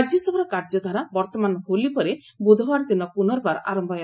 ରାଜ୍ୟସଭାର କାର୍ଯ୍ୟଧାରା ବର୍ତ୍ତମାନ ହୋଲି ପରେ ବୁଧବାର ଦିନ ପୁନର୍ବାର ଆରମ୍ଭ ହେବ